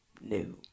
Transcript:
new